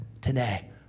today